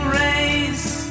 race